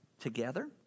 together